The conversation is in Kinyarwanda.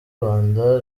rwanda